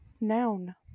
Noun